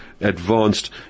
advanced